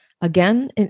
again